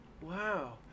Wow